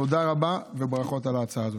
תודה רבה וברכות על ההצעה הזאת.